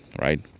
right